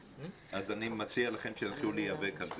אז אני מציע לכם שתצאו להיאבק על זה.